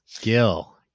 Gil